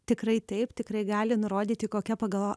tikrai taip tikrai gali nurodyti kokia pagal